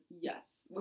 yes